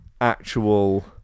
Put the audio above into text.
actual